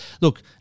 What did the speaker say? look